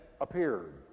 appeared